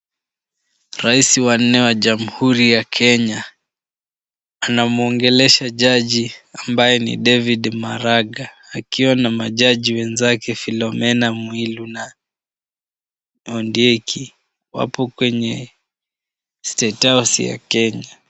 Rais wa nne wa jamhuri ya Kenya anamwongelesha jaji ambaye ni David Maraga akiwa na majaji wenzake Philomena Mwilu na Ondieki. Wapo kwenye state house ya Kenya.